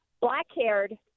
black-haired